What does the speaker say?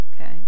Okay